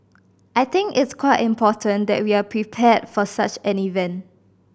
I think it's quite important that we are prepared for such an event